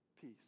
peace